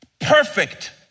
Perfect